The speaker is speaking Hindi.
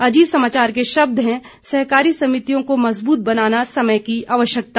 अजीत समाचार के शब्द हैं सहकारी समितियों को मजबूत बनाना समय की आवश्यकता